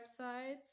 websites